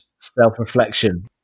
Self-reflection